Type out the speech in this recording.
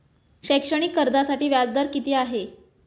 शैक्षणिक कर्जासाठी व्याज दर किती आहे?